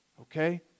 Okay